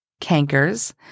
cankers